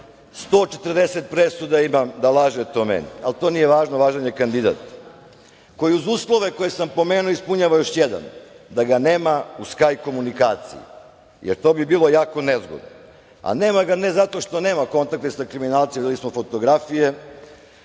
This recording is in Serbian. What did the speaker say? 140 presuda imam da lažete o meni, ali to nije važno, važan je kandidat koji uz uslove koje sam pomenuo ispunjava još jedan - da ga nema u skaj komunikaciji, jer to bilo jako nezgodno. Nema ga ne zato što nema kontakta sa kriminalcem, videli smo fotografije,